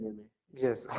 Yes